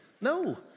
No